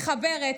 מחברת,